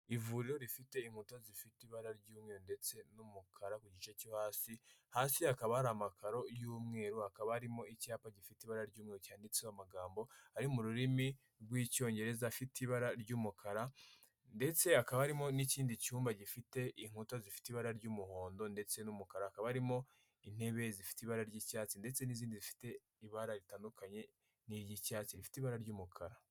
Ivuriro rifite inkuta zifite ibara ry'umye ndetse n'umukara ku gice cyo hasi hasi hakaba hari amakaro y'umweru, hakaba harimo icyapa gifite ibara ry'umu cyanditseho amagambo ari mu rurimi rw'icyongereza afite ibara ry'umukara, ndetse hakaba harimo n'ikindi cyumba gifite inkuta zifite ibara ry'umuhondo ndetse n'umukara, hakabarimo intebe zifite ibara ry'icyatsi ndetse n'izindi zifite ibara ritandukanye nicyatsifite ibara ry'umukara.